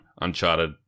Uncharted